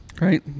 Right